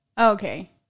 Okay